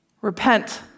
Repent